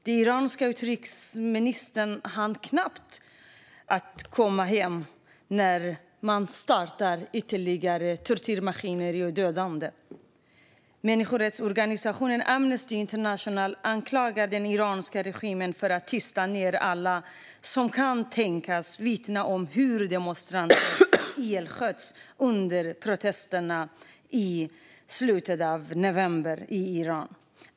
Den iranske utrikesministern hann knappt komma hem förrän man startade ytterligare tortyrmaskineri och dödande. Människorättsorganisationen Amnesty International anklagar den iranska regimen för att tysta alla som kan tänkas vittna om hur demonstranter sköts ihjäl under protesterna i slutet av november i Iran.